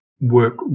work